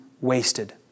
wasted